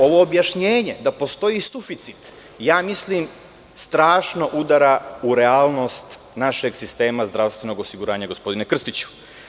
Ovo objašnjenje da postoji suficit mislim da strašno udara u realnost našeg sistema zdravstvenog osiguranja, gospodine Krstiću.